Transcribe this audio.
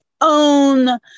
own